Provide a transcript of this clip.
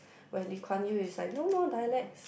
but Lee Kuan Yew is like no more dialects